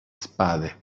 spade